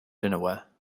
dinnerware